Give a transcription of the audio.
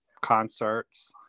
concerts